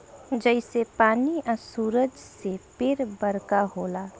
जइसे पानी आ सूरज से पेड़ बरका होला